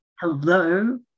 Hello